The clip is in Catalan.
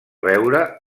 veure